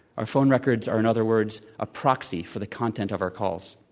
our phone records are, in other words, a proxy for the content of our calls.